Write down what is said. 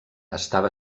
estava